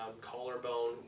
collarbone